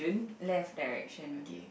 left direction